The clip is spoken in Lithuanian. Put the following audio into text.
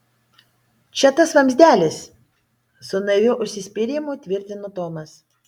čia tas vamzdelis su naiviu užsispyrimu tvirtino tomas